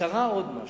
קרה עוד משהו.